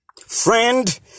Friend